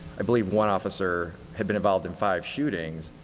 i believe one officer had been involved in five shootings,